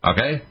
Okay